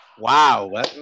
Wow